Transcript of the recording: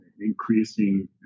increasing